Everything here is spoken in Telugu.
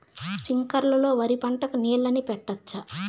స్ప్రింక్లర్లు లో వరి పంటకు నీళ్ళని పెట్టొచ్చా?